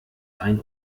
ein